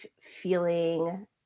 feeling